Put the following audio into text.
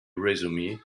resume